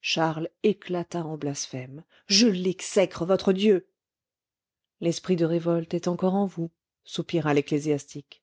charles éclata en blasphèmes je l'exècre votre dieu l'esprit de révolte est encore en vous soupira l'ecclésiastique